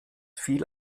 viel